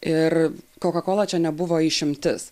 ir koka kola čia nebuvo išimtis